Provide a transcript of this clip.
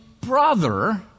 brother